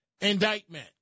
indictment